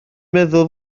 meddwl